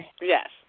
Yes